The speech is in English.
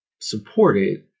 supported